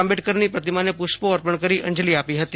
આંબેડકરની પ્રતિમાને પુષ્પો અર્પણ કરી અંજલિ આપી હતી